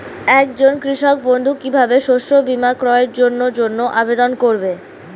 একজন কৃষক বন্ধু কিভাবে শস্য বীমার ক্রয়ের জন্যজন্য আবেদন করবে?